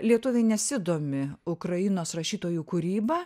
lietuviai nesidomi ukrainos rašytojų kūryba